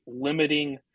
limiting